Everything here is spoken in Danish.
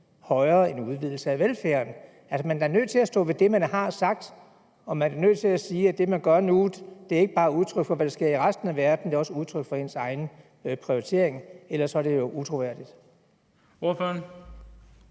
højere end udbyggelse af velfærden. Man er da nødt til at stå ved det, man har sagt, og man er da nødt til at sige, at det, man gør nu, ikke bare er udtryk for, hvad der sker i resten af verden. Det er også udtryk for ens egne prioriteringer. Ellers er det jo utroværdigt.